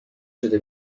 شده